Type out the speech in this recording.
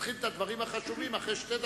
תתחיל את הדברים החשובים אחרי שתי דקות,